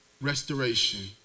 restoration